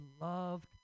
loved